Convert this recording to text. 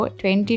20